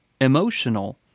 emotional